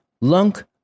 Lunk